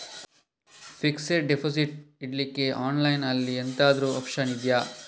Fixed deposit ಇಡ್ಲಿಕ್ಕೆ online ಅಲ್ಲಿ ಎಂತಾದ್ರೂ ಒಪ್ಶನ್ ಇದ್ಯಾ?